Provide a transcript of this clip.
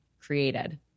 created